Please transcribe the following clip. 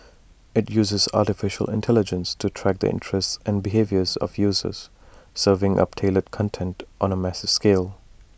IT uses Artificial Intelligence to track the interests and behaviours of users serving up tailored content on A massive scale